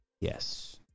Yes